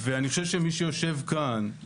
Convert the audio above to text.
ואני חושב שמי שיושב כאן,